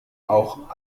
auch